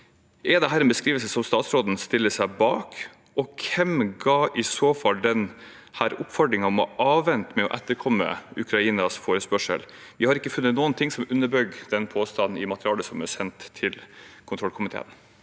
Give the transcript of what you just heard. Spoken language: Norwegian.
Er dette en beskrivelse som statsråden stiller seg bak? Hvem ga i så fall denne oppfordringen om å avvente med å etterkomme Ukrainas forespørsel? Vi har ikke funnet noe som underbygger den påstanden i materialet som er sendt til kontrollkomiteen.